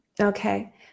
Okay